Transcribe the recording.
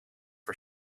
for